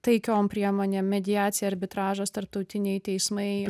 taikiom priemonėm mediacija arbitražas tarptautiniai teismai